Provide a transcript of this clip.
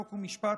חוק ומשפט,